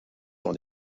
sont